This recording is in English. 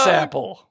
apple